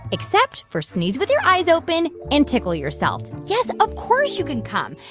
except for sneeze with your eyes open and tickle yourself. yes, of course you can come.